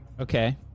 Okay